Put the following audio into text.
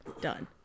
done